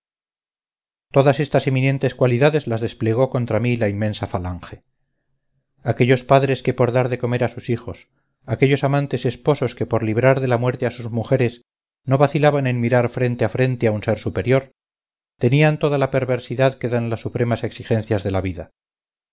todas estas eminentes cualidades las desplegó contra mí la inmensa falange aquellos padres que por dar de comer a sus hijos aquellos amantes esposos que por librar de la muerte a sus mujeres no vacilaban en mirar frente a frente a un ser superior tenían toda la perversidad que dan las supremas exigencias de la vida